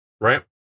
right